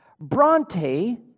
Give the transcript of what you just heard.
Bronte